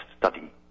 study